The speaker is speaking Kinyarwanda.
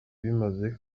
bimaze